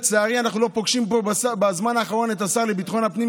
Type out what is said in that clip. לצערי אנחנו לא פוגשים פה בזמן האחרון את השר לביטחון פנים.